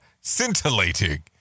scintillating